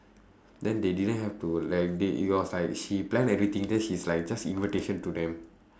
then they didn't have to like they it was like she plan everything then she's like just invitation to them